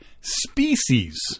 species